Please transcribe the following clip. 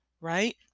right